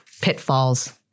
pitfalls